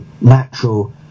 natural